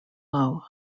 low